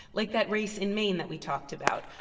like that race in maine that we talked about.